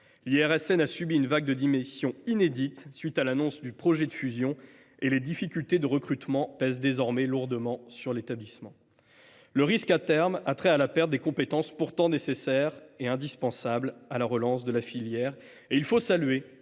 L’IRSN a subi une vague de démissions inédite à la suite de l’annonce du projet de fusion, et les difficultés de recrutement pèsent désormais lourdement sur l’établissement. Le risque à terme a trait à la perte des compétences pourtant indispensables à la relance de la filière. Il faut saluer